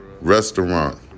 restaurant